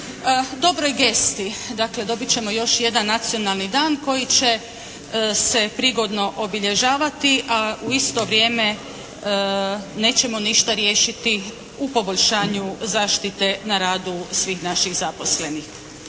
dobroj gesti. Dakle, dobit ćemo još jedan nacionalni dan koji će se prigodno obilježavati, a u isto vrijeme nećemo ništa riješiti u poboljšanju zaštite na radu svih naših zaposlenih.